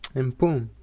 and boom!